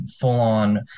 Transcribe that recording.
full-on